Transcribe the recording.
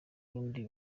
rundi